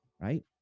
right